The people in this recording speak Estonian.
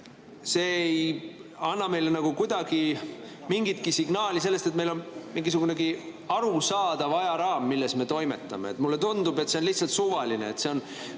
See ei anna meile kuidagi mingitki signaali selle kohta, et meil on mingisugunegi arusaadav ajaraam, milles me toimetame. Mulle tundub, et see on lihtsalt suvaline,